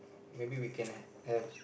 maybe we can have